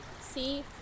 See